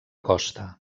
costa